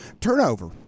turnover